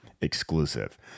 exclusive